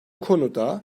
konuda